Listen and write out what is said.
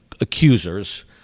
accusers